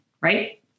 Right